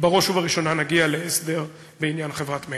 בראש ובראשונה, נגיע להסדר בעניין חברת "מגה".